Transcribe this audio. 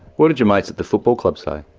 what did your mates at the football club say?